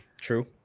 true